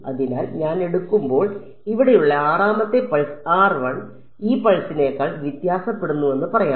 അതിനാൽ ഞാൻ എടുക്കുമ്പോൾ ഇവിടെയുള്ള ആറാമത്തെ പൾസ് ഈ പൾസിനെക്കാൾ വ്യത്യാസപ്പെടുന്നുവെന്ന് പറയാം